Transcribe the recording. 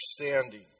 understanding